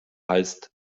heißt